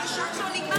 הזמן שלו נגמר מזמן.